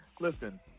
Listen